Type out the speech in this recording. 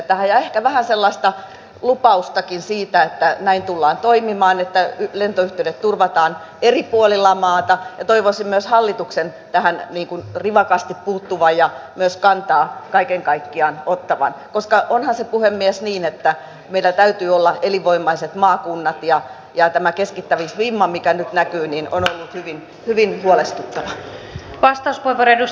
tähän jää ehkä vähän sellaista lupaustakin siitä että näin tullaan toimimaan että lentoyhteydet turvataan eri puolilla maata ja toivoisin myös hallituksen tähän rivakasti puuttuvan ja myös kaiken kaikkiaan kantaa ottavan koska onhan se puhemies niin että meillä täytyy olla elinvoimaiset maakunnat ja tämä keskittämisvimma mikä nyt näkyy on ollut hyvin huolestuttava